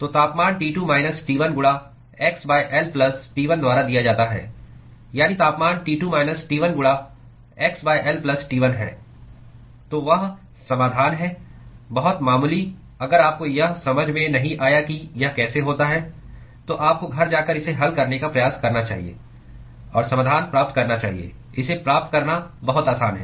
तो तापमान T2 minus T1 गुणा xL प्लस T1 द्वारा दिया जाता है यानी तापमान T2 माइनस T1 गुणा xL प्लस T1 है तो वह समाधान है बहुत मामूली अगर आपको यह समझ में नहीं आया कि यह कैसे होता है तो आपको घर जाकर इसे हल करने का प्रयास करना चाहिए और समाधान प्राप्त करना चाहिए इसे प्राप्त करना बहुत आसान है